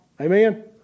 Amen